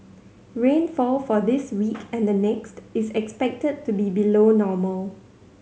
rainfall for this week and the next is expected to be below normal